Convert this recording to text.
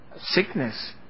sickness